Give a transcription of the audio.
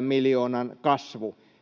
miljoonan kasvu,